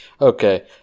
Okay